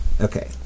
Okay